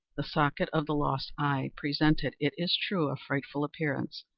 the socket of the lost eye presented, it is true, a frightful appearance,